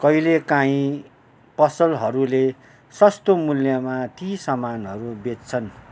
कहिलेकाहीँ पसलहरूले सस्तो मूल्यमा ती सामानहरू बेच्छन्